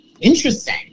Interesting